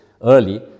early